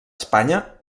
espanya